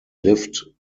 lived